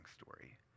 story